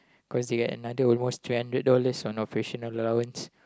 cause they get another almost three hundred dollars for operational allowance